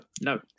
no